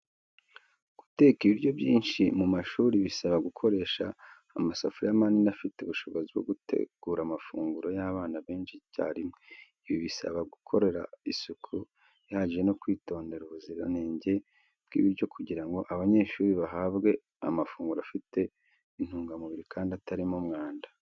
Guteka ibiryo byinshi mu mashuri bisaba gukoresha amasafuriya manini afite ubushobozi bwo gutegura amafunguro y’abana benshi icyarimwe. Ibi bisaba gukorana isuku ihagije no kwitondera ubuziranenge bw’ibiryo kugira ngo abanyeshuri bahabwe amafunguro afite intungamubiri kandi atarimo umwanda.